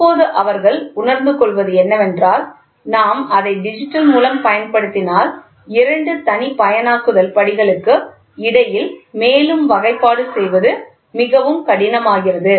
இப்போது அவர்கள் உணர்ந்துகொள்வது என்னவென்றால் நாம் அதை டிஜிட்டல் மூலம் பயன்படுத்தினால் இரண்டு தனிப்பயனாக்குதல் படிகளுக்கு இடையில் மேலும் வகைப்பாடு செய்வது மிகவும் கடினமாகிறது